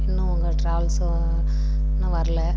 இன்னும் உங்கள் டிராவல்ஸ் இன்னும் வரலை